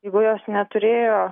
jeigu jos neturėjo